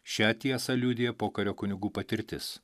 šią tiesą liudija pokario kunigų patirtis